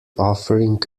offering